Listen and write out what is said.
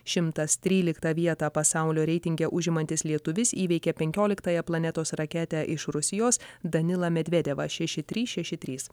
šimtas tryliktą vietą pasaulio reitinge užimantis lietuvis įveikė penkioliktąją planetos raketę iš rusijos danilą medvedevą šeši trys šeši trys